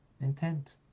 intent